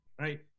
Right